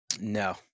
No